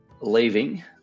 leaving